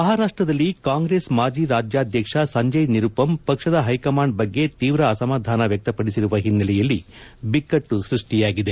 ಮಹಾರಾಷ್ಟದಲ್ಲಿ ಕಾಂಗ್ರೆಸ್ ಮಾಜಿ ರಾಜ್ಯಾಧ್ಯಕ್ಷ ಸಂಜಯ್ ನಿರುಪಮ್ ಪಕ್ಷದ ಹೈಕಮಾಂಡ್ ಬಗ್ಗೆ ತೀವ್ರ ಅಸಮಾಧಾನ ವ್ಯಕ್ತಪಡಿಸಿರುವ ಹಿನ್ನೆಲೆಯಲ್ಲಿ ಬಿಕ್ಕಟ್ಟು ಸೃಷ್ಟಿಯಾಗಿದೆ